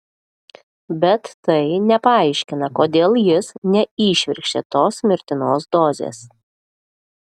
bet tai nepaaiškina kodėl jis neįšvirkštė tos mirtinos dozės